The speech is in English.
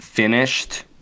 Finished